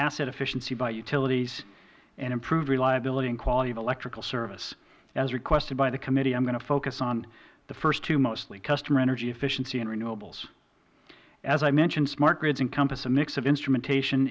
asset efficiency by utilities and improved reliability and quality of electrical service as requested by the committee i am going to focus on the first two mostly consumer energy efficiency and renewables as i mentioned smart grids encompass a mix of instrumentation